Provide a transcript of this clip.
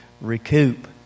recoup